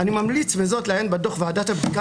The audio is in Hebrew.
אני ממליץ בזאת לעיין בדוח ועדת הבדיקה